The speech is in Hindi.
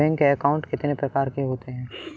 बैंक अकाउंट कितने प्रकार के होते हैं?